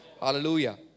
Hallelujah